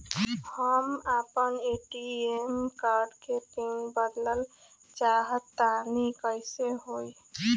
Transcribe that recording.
हम आपन ATM card के पीन बदलल चाहऽ तनि कइसे होई?